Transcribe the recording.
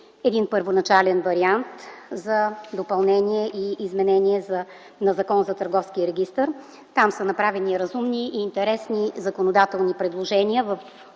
един първоначален вариант за изменение и допълнение на Закона за Търговския регистър. Там са направени разумни и интересни законодателни предложения